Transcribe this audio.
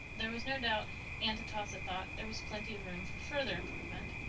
there was no doubt aunt atossa thought there was plenty of room for further improvement.